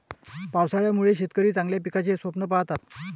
पावसाळ्यामुळे शेतकरी चांगल्या पिकाचे स्वप्न पाहतात